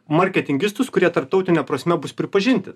marketingistus kurie tarptautine prasme bus pripažinti